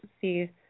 see